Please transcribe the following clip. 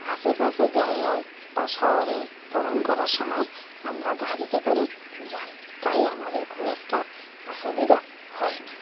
আশেপাশে জায়গায় বা শহরে ভ্রমণ করার সময় আমরা গাড়িতে করেই যাই তাই আমাদের খুব একটা অসুবিধা হয় না